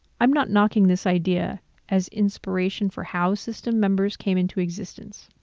i'm not knocking this idea as inspiration for how system members came into existence,